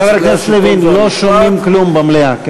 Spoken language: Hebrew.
חבר הכנסת לוין, לא שומעים כלום במליאה.